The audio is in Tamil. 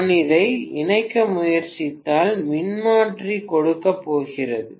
நான் அதை இணைக்க முயற்சித்தால் மின்மாற்றி கெட்டுப்போகிறது